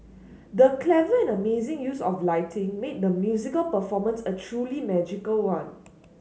the clever and amazing use of lighting made the musical performance a truly magical one